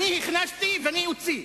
אני הכנסתי ואני אוציא.